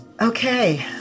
Okay